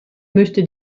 möchte